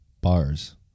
bars